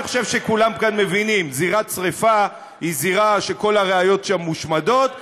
אני חושב שכולם כאן מבינים: זירת שרפה היא זירה שכל הראיות שם מושמדות,